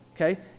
okay